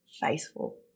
faithful